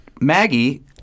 Maggie